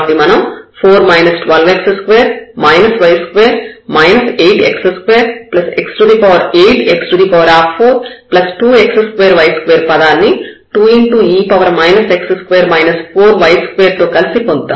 కాబట్టి మనం 4 12 x2 y2 8x28x42x2y2 పదాన్ని 2e x2 4y2 తో కలిపి పొందుతాము